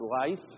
life